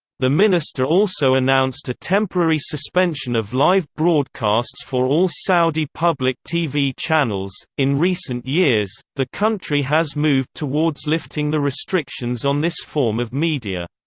the minister also announced a temporary suspension of live broadcasts for all saudi public tv channels in recent years, the country has moved towards lifting the restrictions on this form of media.